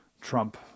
Trump